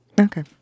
Okay